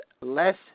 less